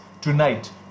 tonight